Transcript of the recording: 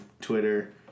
Twitter